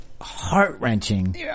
heart-wrenching